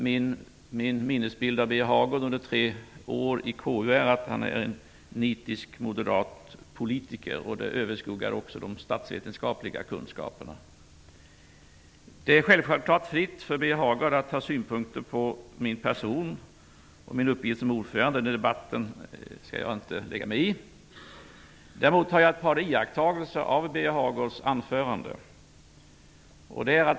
Min minnesbild av Birger Hagård under tre år i KU är att han är en nitiskt moderat politiker. Det överskuggar också de statsvetenskapliga kunskaperna. Det är självfallet fritt för Birger Hagård att ha synpunkter på min person och min uppgift som ordförande. Den debatten skall jag inte lägga mig i. Däremot har jag ett par iakttagelser av Birger Hagårds anförande.